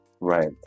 Right